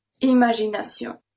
Imagination